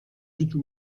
życiu